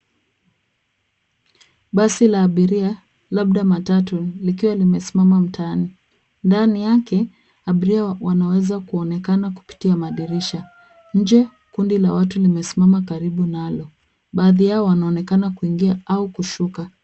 Basi la abiria, labda matatu likiwa limesimama mtaani. Ndani yake, abiria wanaweza kuonekana kupitia madirisha. Nje, kundi la watu limesimama karibu nalo. Baadhi yao wanaonekana kuingia au kushika.